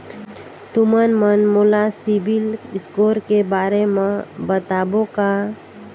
तुमन मन मोला सीबिल स्कोर के बारे म बताबो का?